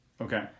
Okay